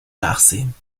nachsehen